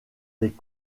des